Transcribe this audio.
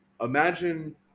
imagine